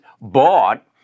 bought